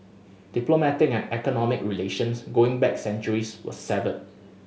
diplomatic and economic relations going back centuries were severed